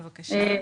בבקשה.